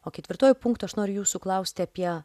o ketvirtuoju punktu aš noriu jūsų klausti apie